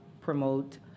promote